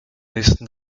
nächsten